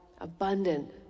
abundant